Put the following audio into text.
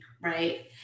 Right